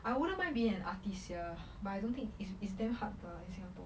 I wouldn't mind being an artist sia but I don't think it's it's damn hard lah in singapore